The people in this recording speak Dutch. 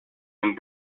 een